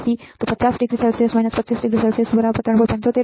75 mV